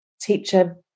teacher